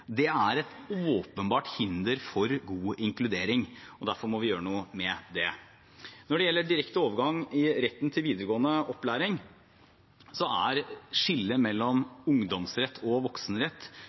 Det er et åpenbart hinder for god inkludering. Derfor må vi gjøre noe med det. Når det gjelder direkte overgang i retten til videregående opplæring, er skillet mellom